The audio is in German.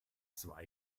zwar